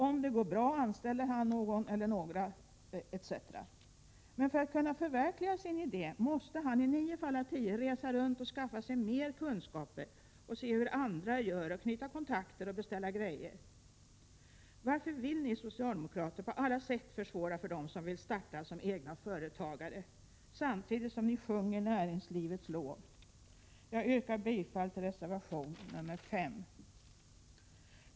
Om det går bra anställer han någon eller några, men för att kunna förverkliga sin idé måste han i nio fall av tio resa runt och skaffa sig mer kunskaper, se hur andra gör, knyta kontakter och beställa varor. Varför vill ni socialdemokrater på alla sätt försvåra för dem som vill starta som egna företagare, samtidigt som ni sjunger näringslivets lov? Jag yrkar bifall till reservation nr 5.